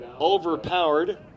overpowered